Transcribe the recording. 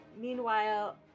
Meanwhile